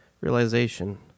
realization